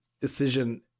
decision